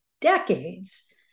decades